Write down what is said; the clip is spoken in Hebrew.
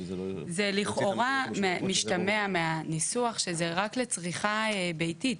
לכאורה משתמע מהניסוח שזה רק לצריכה ביתית,